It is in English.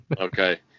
Okay